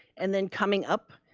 and then coming up,